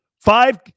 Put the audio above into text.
five